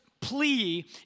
plea